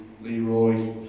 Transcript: Leroy